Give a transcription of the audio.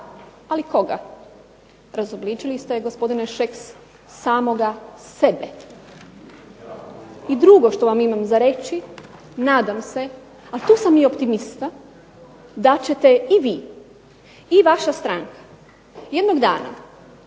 ali koga? Razobličili ste gospodine Šeks samoga sebe. I drugo što vam imam za reći nadam se da tu sam i optimista da ćete i vi i vaša stranka jednog dana